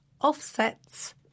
offsets